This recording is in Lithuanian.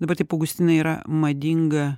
dabar taip augustinai yra madinga